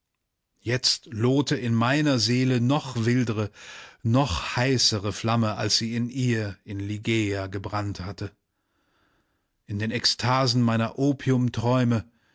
jetzt lohte in meiner seele noch wildre noch heißere flamme als sie in ihr in ligeia gebrannt hatte in den ekstasen meiner